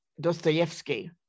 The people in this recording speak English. Dostoevsky